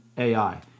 AI